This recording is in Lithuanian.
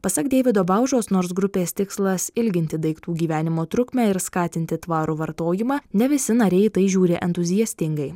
pasak deivido baužos nors grupės tikslas ilginti daiktų gyvenimo trukmę ir skatinti tvarų vartojimą ne visi nariai į tai žiūri entuziastingai